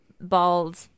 bald